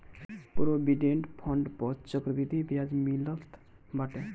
provident fund पअ चक्रवृद्धि बियाज मिलत बाटे